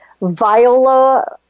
viola